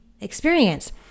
experience